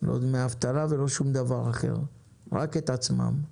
לא דמי אבטלה ולא שום דבר אחר, רק את עצמם.